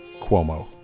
Cuomo